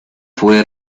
fue